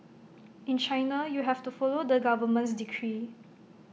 in China you have to follow the government's decree